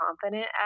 confident